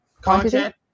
content